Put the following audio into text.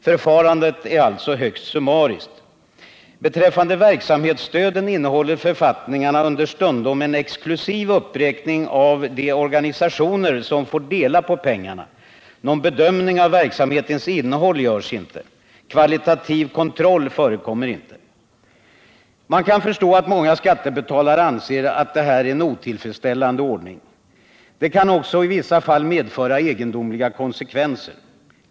Förfarandet är alltså högst summariskt. Beträffande verksamhetsstöden innehåller författningarna understundom en exklusiv uppräkning av de organisationer som får dela på pengarna. Någon bedömning av verksamhetens innehåll görs inte. Kvalitativ kontroll förekommer ej. Man kan förstå att många skattebetalare anser att detta är en otillfredsställande ordning. Den kan också i vissa fall få egendomliga konsekvenser.